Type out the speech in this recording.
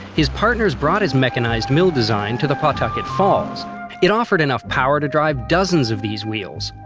his partners brought his mechanized mill design to the pawtucket falls it offered enough power to drive dozens of these wheels.